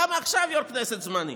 למה עכשיו יו"ר כנסת זמני?